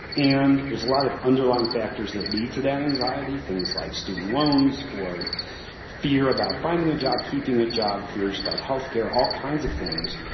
and there's a lot of underlying factors that lead to that anxiety. things like student loans, or fear about finding a job, keeping a job, fears about health care all kinds of things.